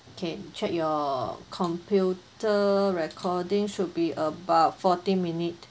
okay check your computer recording should be about forty minute